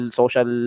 social